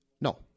No